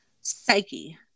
Psyche